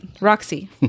Roxy